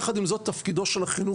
יחד עם זאת תפקידו של החינוך,